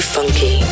Funky